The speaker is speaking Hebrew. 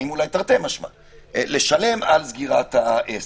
על סגירת העסק.